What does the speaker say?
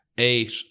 eight